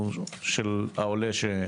הוא של העולה שנקלט,